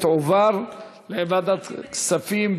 תועברנה לוועדת כספים,